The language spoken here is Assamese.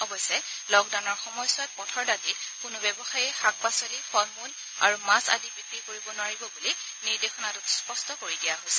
অৱশ্যে লকডাউনৰ সময়ছোৱাত পথৰ দাঁতিত কোনো ব্যৱসায়ীয়ে শাক পাচলি ফল মূল আৰু মাছ আদি বিক্ৰী কৰিব নোৱাৰিব বুলি নিৰ্দেশনাটোত স্পষ্ট কৰি দিয়া হৈছে